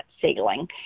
ceiling